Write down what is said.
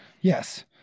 Yes